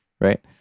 right